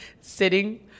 Sitting